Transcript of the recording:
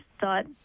thought